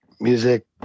music